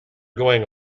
going